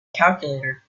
calculator